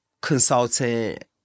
consultant